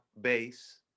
base